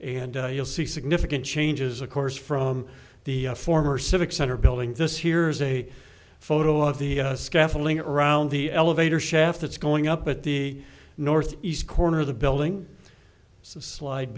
and you'll see significant changes of course from the former civic center building this here's a photo of the scaffolding around the elevator shaft that's going up at the north east corner of the building slide